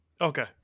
Okay